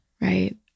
right